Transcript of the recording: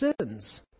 sins